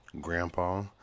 grandpa